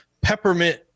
peppermint